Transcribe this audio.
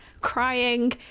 crying